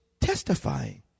testifying